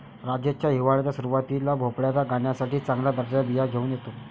राजेश हिवाळ्याच्या सुरुवातीला भोपळ्याच्या गाण्यासाठी चांगल्या दर्जाच्या बिया घेऊन येतो